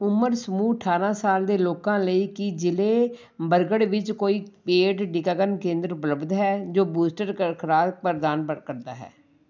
ਉਮਰ ਸਮੂਹ ਅਠਾਰਾਂ ਸਾਲ ਦੇ ਲੋਕਾਂ ਲਈ ਕੀ ਜ਼ਿਲ੍ਹੇ ਬਰਗੜ੍ਹ ਵਿੱਚ ਕੋਈ ਪੇਡ ਟੀਕਾਕਰਨ ਕੇਂਦਰ ਉਪਲਬਧ ਹੈ ਜੋ ਬੂਸਟਰ ਕਰ ਖੁਰਾਕ ਪ੍ਰਦਾਨ ਪਰ ਕਰਦਾ ਹੈ